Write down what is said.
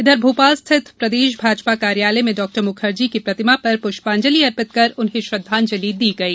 इधर भोपाल स्थित प्रदेश भाजपा कार्यालय में डॉक्टर मुखर्जी की प्रतिमा पर पुष्पांजलि अर्पित कर उन्हें श्रद्वांजलि दी गई